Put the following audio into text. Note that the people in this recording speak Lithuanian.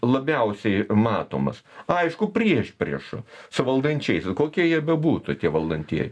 labiausiai matomas aišku priešpriešų su valdančiaisiais kokie jie bebūtų tie valdantieji